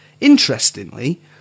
Interestingly